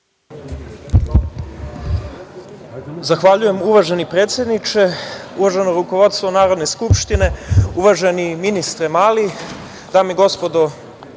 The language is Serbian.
Zahvaljujem, uvaženi predsedniče. Uvaženo rukovodstvo Narodne skupštine, uvaženi ministre Mali, dame i gospodo